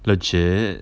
legit